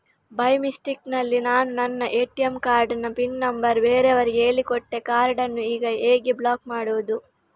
By mistake ನಲ್ಲಿ ನಾನು ನನ್ನ ಎ.ಟಿ.ಎಂ ಕಾರ್ಡ್ ನ ಪಿನ್ ನಂಬರ್ ಬೇರೆಯವರಿಗೆ ಹೇಳಿಕೊಟ್ಟೆ ಕಾರ್ಡನ್ನು ಈಗ ಹೇಗೆ ಬ್ಲಾಕ್ ಮಾಡುವುದು?